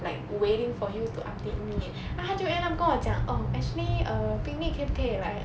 like waiting for you to update me then 他就 end up 跟我讲 oh actually err picnic 可不可以 like